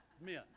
men